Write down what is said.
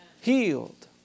Healed